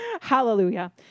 Hallelujah